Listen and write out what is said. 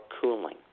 cooling